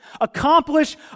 Accomplish